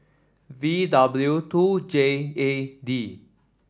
V W two J A D